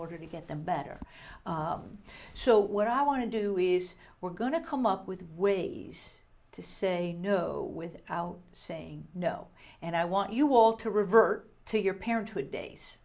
order to get them better so what i want to do is we're going to come up with ways to say no without saying no and i want you all to revert to your parenthood days